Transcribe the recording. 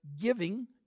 giving